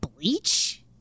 Bleach